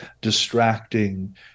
distracting